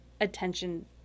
attention